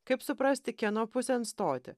kaip suprasti kieno pusėn stoti